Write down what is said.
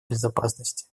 безопасности